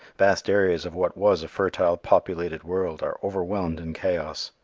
vast areas of what was a fertile populated world are overwhelmed in chaos.